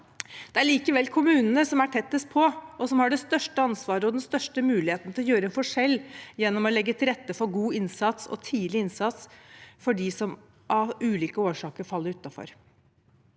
Det er likevel kommunene som er tettest på, og som har det største ansvaret og den største muligheten til å gjøre en forskjell gjennom å legge til rette for god og tidlig innsats for dem som av ulike årsaker faller utenfor.